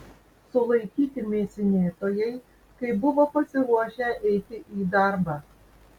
sulaikyti mėsinėtojai kai buvo pasiruošę eiti į darbą